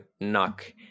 knock